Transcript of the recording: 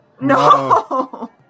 No